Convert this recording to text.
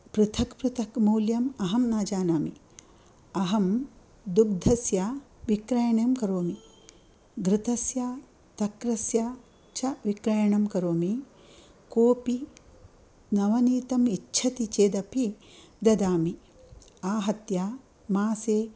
पृथक् पृथक् मूल्यम् अहं न जानामि अहं दुग्धस्य विक्रयणं करोमि घृतस्य तक्रस्य च विक्रयणं करोमि कोपि नवनीतम् इच्छति चेदपि ददामि आहत्य मासे